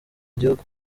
igihugu